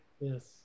Yes